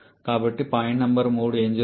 కాబట్టి point number 3 ఏమి జరుగుతోంది